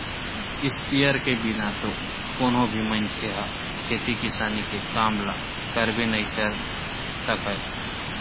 sprayer के बिना तो कोनो भी मनखे ह खेती किसानी के काम ल करबे नइ कर सकय